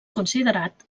considerat